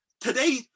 Today